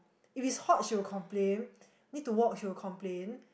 if it's hot she will complain need to walk she will complain